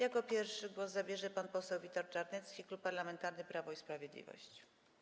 Jako pierwszy głos zabierze pan poseł Witold Czarnecki, Klub Parlamentarny Prawo i Sprawiedliwość.